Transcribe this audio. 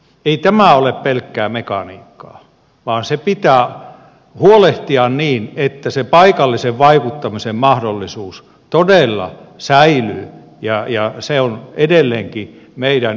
ei tämä ole pelkkää mekaniikkaa vaan se pitää huolehtia niin että se paikallisen vaikuttamisen mahdollisuus todella säilyy ja se on edelleenkin meidän yhteiskuntamme peruspilari